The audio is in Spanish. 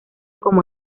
como